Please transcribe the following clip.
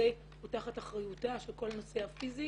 הוא תחת אחריותה של כל הנושא הפיזי